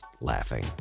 laughing